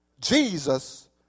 Jesus